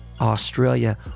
Australia